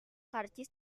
karcis